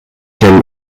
him